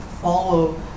follow